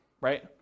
right